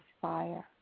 fire